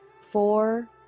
four